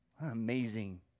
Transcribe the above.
amazing